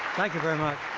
thank you very much.